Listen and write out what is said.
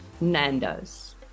Nando's